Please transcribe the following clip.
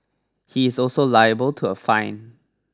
he is also liable to a fine